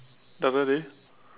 the other day